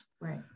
Right